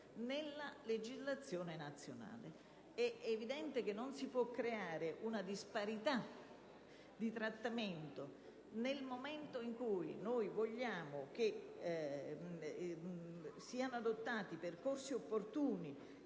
nella legislazione nazionale. É evidente che non si possa creare una disparità di trattamento. Nel momento in cui noi vogliamo che siano adottati percorsi opportuni